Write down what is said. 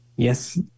Yes